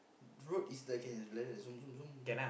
road is like can like that zoom zoom zoom